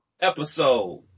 Episode